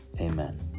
Amen